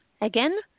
Again